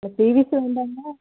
இந்த பீவிஸ் வந்துங்க